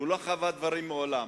לא חווה דברים מעולם.